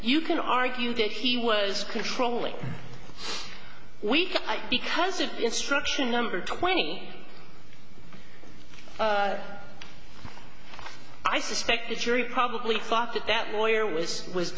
you can argue that he was controlling we can because of instruction number twenty i suspect the jury probably thought that that way or was was